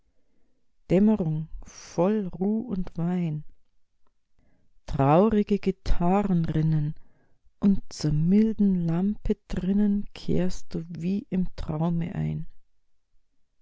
dämmerung voll ruh und wein traurige guitarren rinnen und zur milden lampe drinnen kehrst du wie im traume ein